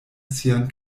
sian